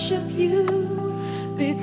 should be